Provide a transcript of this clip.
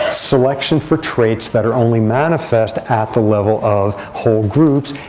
selection for traits that are only manifest at the level of whole groups.